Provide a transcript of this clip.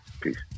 Peace